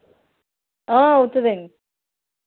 అవుతుంది అండి